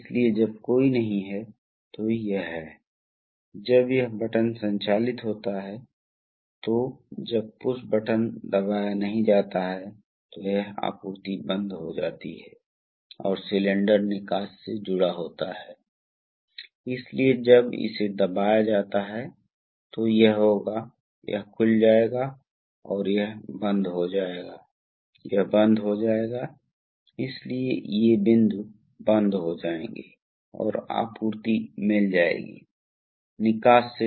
इसलिए यदि भार बल और अंत में हमें याद रखना चाहिए तो हमें यह महसूस करना चाहिए कि शक्ति प्रधान प्रस्तावक से आती है और प्रधान प्रस्तावक को एक निश्चित मात्रा में शक्ति को संभालने के लिए डिज़ाइन किया गया है इसलिए यदि किसी निश्चित समय पर अचानक बल लोड में आवश्यकता तब बढ़ जाती है जब यह सक्षम हो ताकि बिजली की आवश्यकता प्रधान प्रस्तावक क्षमताओं से बाहर न जाए इसलिए हमें प्रवाह दर को कम करने की आवश्यकता है